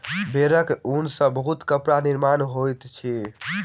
भेड़क ऊन सॅ बहुत कपड़ा निर्माण होइत अछि